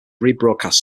rebroadcast